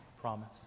promise